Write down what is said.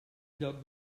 lloc